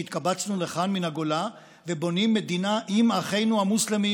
שהתקבצנו לכאן מן הגולה ובונים מדינה עם אחינו המוסלמים,